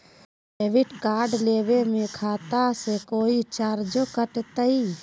Credit card लेवे में खाता से कोई चार्जो कटतई?